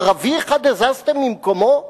ערבי אחד הזזתם ממקומו?